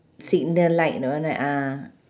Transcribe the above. signal light you know that ah